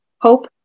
hope